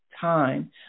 time